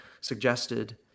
suggested